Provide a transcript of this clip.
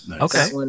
Okay